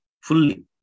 fully